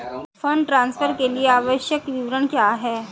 Fund transfer के लिए आवश्यक विवरण क्या हैं?